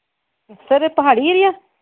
sir ਇਹ ਪਹਾੜੀ area